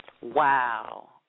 Wow